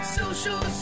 social